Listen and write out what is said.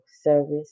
service